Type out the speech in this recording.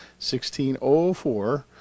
16.04